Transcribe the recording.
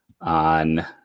on